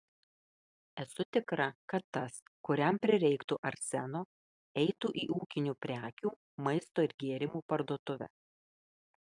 esu tikra kad tas kuriam prireiktų arseno eitų į ūkinių prekių maisto ir gėrimų parduotuvę